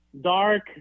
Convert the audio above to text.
Dark